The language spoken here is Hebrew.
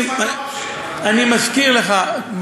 אני מזכיר לך,